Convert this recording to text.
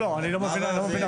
לא, אני לא מבין ערבית.